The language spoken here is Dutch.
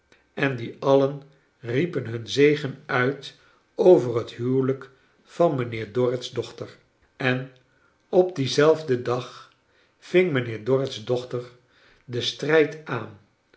en die alien riepen hun zegen uit over het huwelijk vaxi mijnlieer dorrit's dochter en op dien zelfden dag ving mijnheer dorrit's dochter den strijd aan